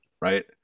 right